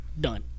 done